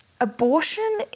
abortion